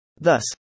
Thus